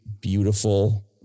beautiful